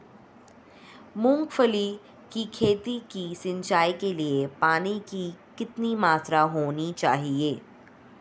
मूंगफली की खेती की सिंचाई के लिए पानी की कितनी मात्रा होनी चाहिए?